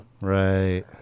Right